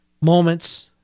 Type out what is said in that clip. moments